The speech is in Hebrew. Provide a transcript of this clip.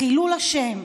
חילול השם.